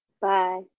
Bye